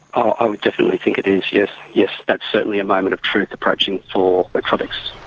i would definitely think it is, yes, yes. that's certainly a moment of truth approaching for wet tropics.